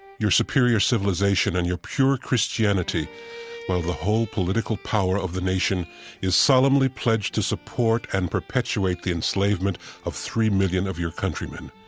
your superior civilization and your pure christianity while the whole political power of the nation is solemnly pledged to support and perpetuate the enslavement of three million of your countrymen.